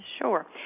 Sure